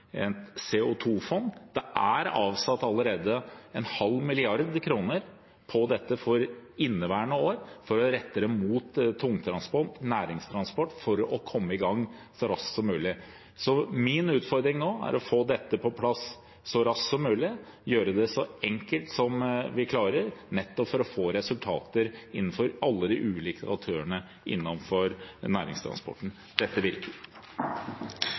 halv milliard kroner til dette for inneværende år – som skal rettes mot tungtransport, næringstransport, for å komme i gang så raskt som mulig. Min utfordring nå er å få dette på plass så raskt som mulig og gjøre det så enkelt som vi klarer, nettopp for å få resultater innenfor alle de ulike aktørene innenfor næringstransporten. Dette virker.